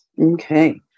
Okay